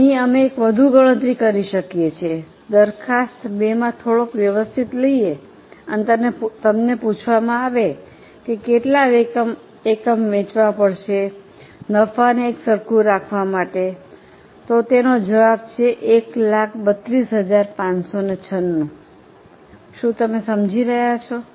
અહીં અમે એક વધુ ગણતરી કરી શકીએ છીએ દરખાસ્ત 2 થોડો વ્યવસ્થિત લઈએ અને તમને પૂછવામાં આવે છે કે કેટલા એકમ વેચવા પડશે નફોને એક સરખું રાખવા માટે તેનો જવાબ 132596 છે શું તમે સમજી ગયા છો